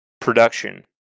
production